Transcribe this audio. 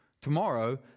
tomorrow